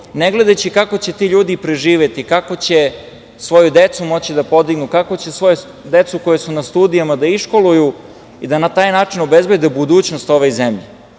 ne gledajući kako će ti ljudi preživeti, kako će svoju decu moći da pomognu, kako će decu koja su na studijama da iškoluju i da na taj način obezbede budućnost ovoj zemlji,